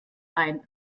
ein